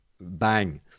Bang